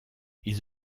ils